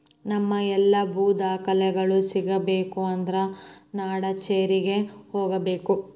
ನಮ್ಮ ಎಲ್ಲಾ ಭೂ ದಾಖಲೆಗಳು ಸಿಗಬೇಕು ಅಂದ್ರ ನಾಡಕಛೇರಿಗೆ ಹೋಗಬೇಕು